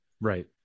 Right